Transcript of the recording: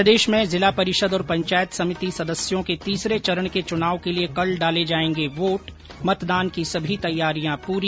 प्रदेश में जिला परिषद और पंचायत समिति सदस्यों के तीसरे चरण के चुनाव के लिए कल डाले जाएंगे वोट मतदान की सभी तैयारियां पूरी